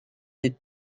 des